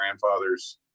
grandfather's